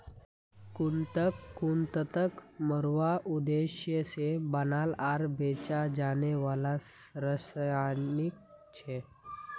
कृंतक कृन्तकक मारवार उद्देश्य से बनाल आर बेचे जाने वाला रसायन छे